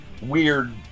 weird